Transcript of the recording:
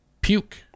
puke